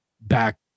back